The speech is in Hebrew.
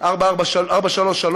לה"ב 433,